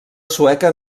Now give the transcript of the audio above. sueca